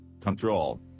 Control